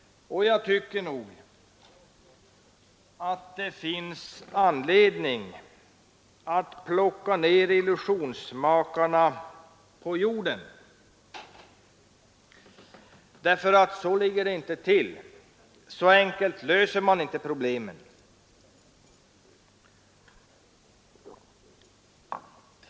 Jag tycker att det finns anledning att plocka ner illusionsmakarna på jorden, därför att så enkelt löser man inte problemen.